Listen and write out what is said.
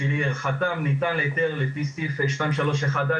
שלהערכתם ניתן היתר לפי סעיף 2.3.1א,